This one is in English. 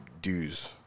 dues